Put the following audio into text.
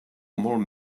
molt